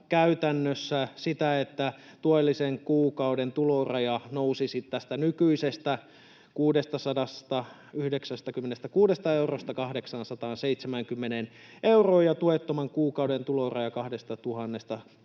käytännössä sitä, että tuellisen kuukauden tuloraja nousisi tästä nykyisestä 696 eurosta 870 euroon ja tuettoman kuukauden tuloraja 2 078 eurosta